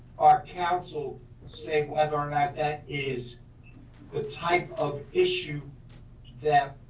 our counsel say whether or not that is the type of issue that